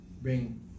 bring